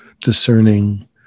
discerning